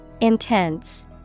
Intense